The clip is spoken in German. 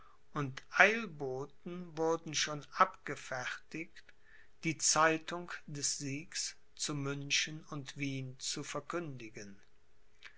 und eilboten wurden schon abgefertigt die zeitung des siegs zu münchen und wien zu verkündigen